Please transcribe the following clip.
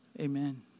Amen